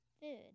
food